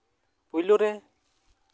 ᱯᱳᱭᱞᱳ ᱨᱮ